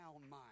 mind